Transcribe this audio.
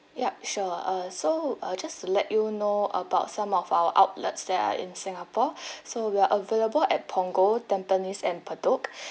yup sure uh so uh just to let you know about some of our outlets that are in singapore so we are available at punggol tampines and bedok